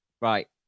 right